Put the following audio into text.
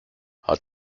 hat